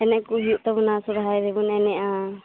ᱮᱱᱮᱡ ᱠᱚ ᱦᱩᱭᱩᱜ ᱛᱟᱵᱟᱱᱟ ᱥᱚᱨᱦᱟᱭ ᱨᱮᱵᱚᱱ ᱮᱱᱮᱡᱼᱟ